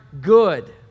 good